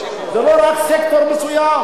ולא רק של סקטור מסוים.